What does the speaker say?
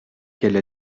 quelle